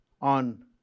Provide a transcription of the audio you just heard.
on